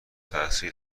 تحصیل